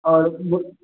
आओर कहिऔ